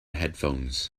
headphones